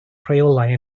rheolau